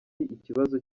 ikibazo